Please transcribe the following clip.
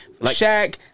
Shaq